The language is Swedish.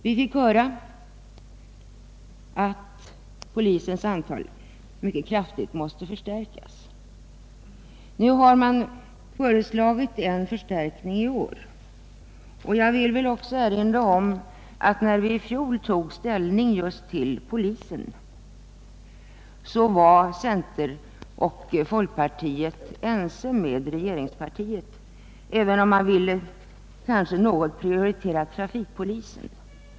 Vi fick höra att antalet poliser måste ökas mycket kraftigt. I år har man föreslagit en förstärkning av polisen. Men jag vill erinra om att centerpartiet och folkpartiet i fjol var i stort ense med regeringspartiet när vi tog ställning till anslagen till polisen, även om de skiljde sig från regeringspartiet däri att de något ville prioritera trafikpolisen.